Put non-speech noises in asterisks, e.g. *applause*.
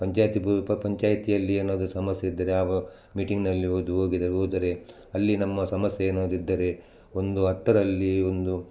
ಪಂಚಾಯಿತಿ *unintelligible* ಪಂಚಾಯ್ತಿಯಲ್ಲಿ ಏನಾದ್ರೂ ಸಮಸ್ಯೆ ಇದ್ದರೆ ಆ ಮೀಟಿಂಗ್ನಲ್ಲಿ ಹೋದರೆ ಅಲ್ಲಿ ನಮ್ಮ ಸಮಸ್ಯೆ ಏನಾದ್ರು ಇದ್ದರೆ ಒಂದು ಹತ್ತರಲ್ಲಿ ಒಂದು